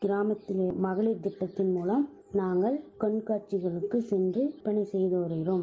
கிராமத்தின் மகளிர் திட்டத்தின்மூலம் நாங்கள் கண்காட்சிகளுக்கு சென்று பணிபுரிந்து வருகிறோம்